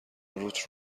روت